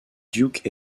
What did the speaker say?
duke